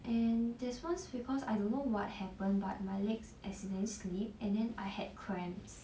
and there's once because I don't know what happened but my legs accidentally slip and then I had cramps